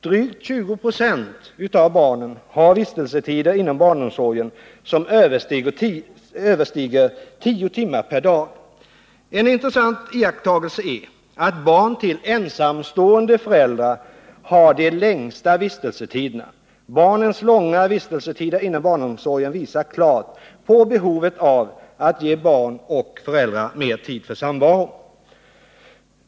Drygt 20 96 av barnen har vistelsetider inom barnomsorgen som överstiger tio timmar per dag. En intressant iakttagelse är att barn till ensamstående föräldrar har de längsta vistelsetiderna. Barnens långa vistelsetider inom barnomsorgen visar klart på behovet av att ge barn och föräldrar mer tid för samvaro.